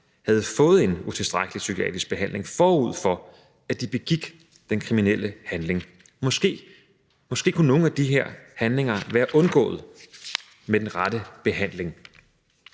havde fået en utilstrækkelig psykiatrisk behandling, forud for at de begik den kriminelle handling. Måske kunne nogle af de her handlinger have været undgået med den rette behandling.